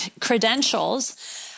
credentials